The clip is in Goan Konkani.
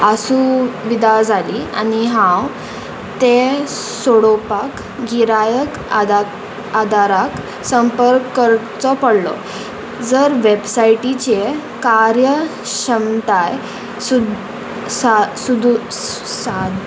असुविदा आनी हांव ते सोडोवपाक गिरायक आदाराक संपर्क करचो पडलो जर वेबसायटीचे कार्यक्षमताय सुदू सा